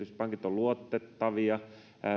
pankit ovat luotettavia